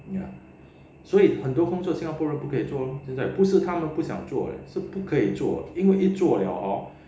ya 所以很多工作新加坡人不可以做咯现在不是他们不想做 leh 是不可以做因为一做了 hor